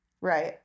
Right